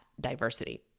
diversity